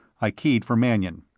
i keyed for mannion.